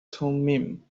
thummim